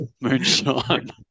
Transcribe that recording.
Moonshine